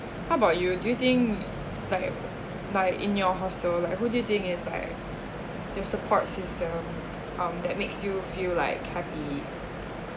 how about you do you think like like in your hostel like who do you think is like like your support system um that makes you feel happy